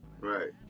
Right